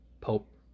Pope